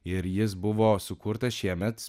ir jis buvo sukurtas šiemet